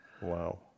Wow